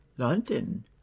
london